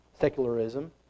secularism